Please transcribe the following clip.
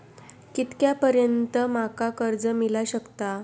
कितक्या पर्यंत माका कर्ज मिला शकता?